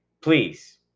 please